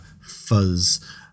fuzz